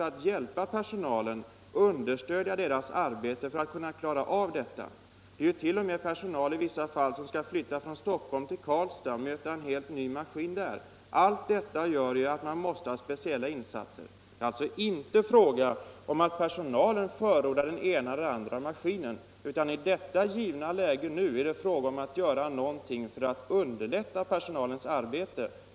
I vissa fall skall personal t.o.m. flyttas från Stockholm till Karlstad och där möta en helt ny maskintyp. Allt detta gör att det krävs speciella insatser. Det är alltså inte fråga om att personalen förordar den ena eller den andra maskinen, utan i det läge vi nu har gäller det att göra någonting för att underlätta personalens arbete.